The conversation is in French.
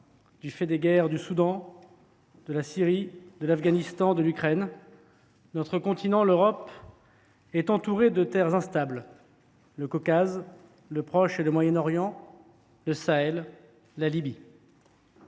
du fait des guerres au Soudan, en Syrie, en Afghanistan, en Ukraine. Notre continent, l’Europe, est entouré de terres instables : Caucase, Proche Orient, Moyen Orient, Sahel, Libye.